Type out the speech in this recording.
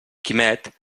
quimet